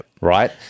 right